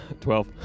Twelve